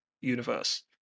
universe